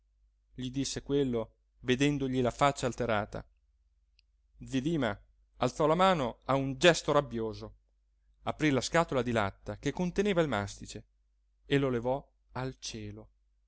gli disse quello vedendogli la faccia alterata zi dima alzò la mano a un gesto rabbioso aprì la scatola di latta che conteneva il mastice e lo levò al cielo